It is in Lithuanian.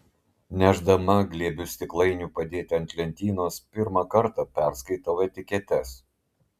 nešdama glėbius stiklainių padėti ant lentynos pirmą kartą perskaitau etiketes